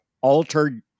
altered